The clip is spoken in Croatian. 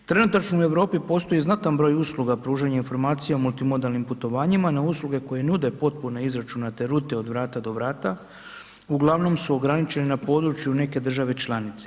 Trenutačno u Europi postoji znatan broj usluga pružanja informacija o multimodalnim putovanjima na usluge koje nude potpune izračunate rute od vrata do vrata, uglavnom su ograničene na području neke države članice.